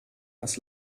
das